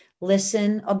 Listen